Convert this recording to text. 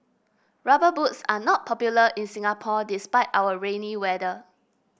rubber boots are not popular in Singapore despite our rainy weather